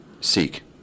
seek